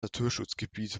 naturschutzgebiet